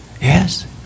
Yes